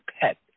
pet